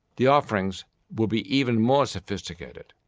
the offerings will be even more sophisticated.